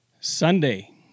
Sunday